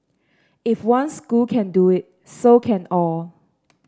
if one school can do it so can all